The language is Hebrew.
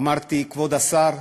אמרתי: כבוד השר,